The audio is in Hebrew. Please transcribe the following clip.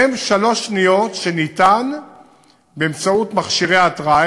הן שלוש שניות שאפשר באמצעות מכשירי ההתרעה